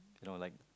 you know like